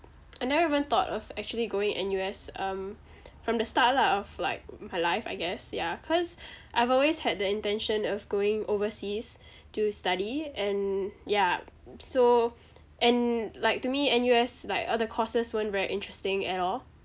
I never even thought of actually going N_U_S um from the start lah of like my life I guess ya cause I've always had the intention of going overseas to study and yup so and like to me N_U_S like all the courses weren't very interesting at all